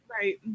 right